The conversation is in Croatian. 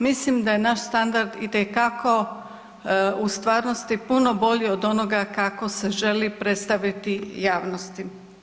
Mislim da je naš standard u stvarnosti puno bolji od onoga kako se želi predstaviti javnosti.